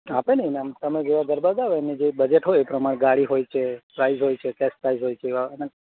આપે ને ઈનામ તમે જેવા ગરબા ગાઓ એમનું જે બજેટ હોય એ પ્રમાણે ગાડી હોય છે પ્રાઇઝ હોય છે કેશ પ્રાઇઝ હોય છે એવા એના